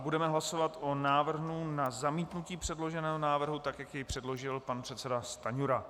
Budeme hlasovat o návrhu na zamítnutí předloženého návrhu, tak jak jej předložil pan předseda Stanjura.